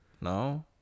No